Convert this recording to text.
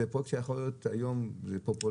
יכול להיות שהיום זה פופולרי.